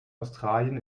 australien